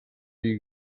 you